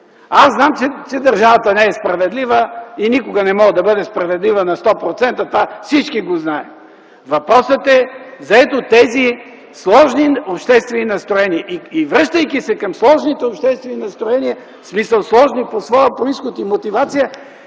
Знам, че държавата не е справедлива и никога не може да бъде справедлива на 100%. Това всички го знаят. Въпросът е за тези сложни обществени настроения. Връщайки се към сложните обществени настроения, в смисъл сложни по своя произход и мотивация,